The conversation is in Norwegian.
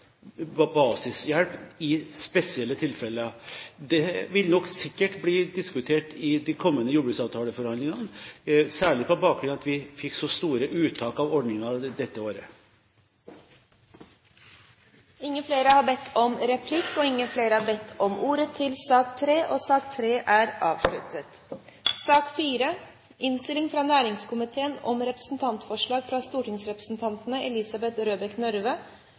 basishjelp i spesielle tilfeller. Det vil nok sikkert bli diskutert i de kommende jordbruksavtaleforhandlingene, særlig på bakgrunn av at vi fikk så store uttak av ordningen dette året. Replikkordskiftet er omme. Flere har ikke bedt om ordet til sak nr. 3. Etter ønske fra næringskomiteen